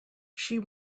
she